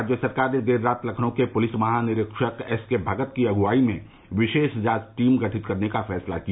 राज्य सरकार ने देर रात लखनऊ के पुलिस महानिरीक्षक एसके भगत की अगुवाई में विशेष जांच टीम गठित करने का फैसला किया